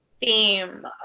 theme